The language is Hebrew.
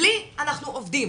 בלי - אנחנו עובדים,